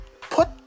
put